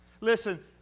listen